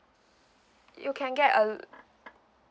you can get a